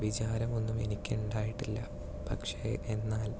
വിചാരം ഒന്നും എനിക്ക് ഉണ്ടായിട്ടില്ല പക്ഷെ എന്നാൽ